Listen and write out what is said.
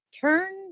turn